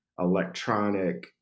electronic